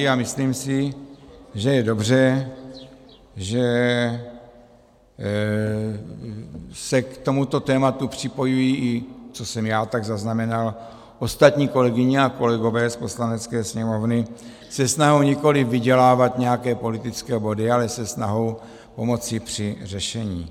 A myslím si, že je dobře, že se k tomuto tématu připojují, co jsem tak zaznamenal, i ostatní kolegyně a kolegové z Poslanecké sněmovny se snahou nikoliv vydělávat nějaké politické body, ale se snahou pomoci při řešení.